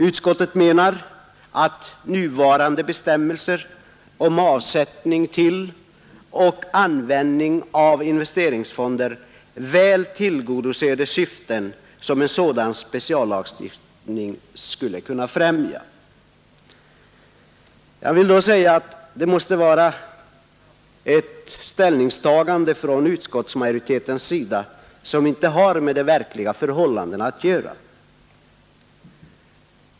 Utskottet menar att nuvarande bestämmelser om avsättning till och användning av investeringsfondsmedel tillgodoser de syften som en sådan speciallagstiftning skulle kunna främja. Jag vill med anledning härav säga att det måste vara ett ställningstagande från utskottsmajoritetens sida som inte är grundat på de verkliga förhållandena.